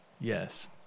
yes